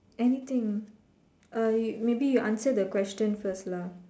anything or maybe you answer the question first lah